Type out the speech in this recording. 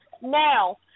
Now